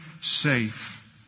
safe